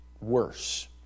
worse